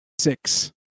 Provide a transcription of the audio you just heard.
Six